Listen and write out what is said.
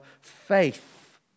faith